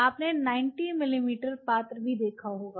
आपने 90 मिमी पात्र भी देखा होगा